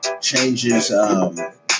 changes